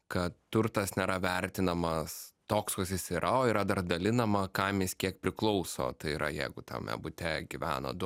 kad turtas nėra vertinamas toks koks jis yra o yra dar dalinama kam jis kiek priklauso tai yra jeigu tame bute gyvena du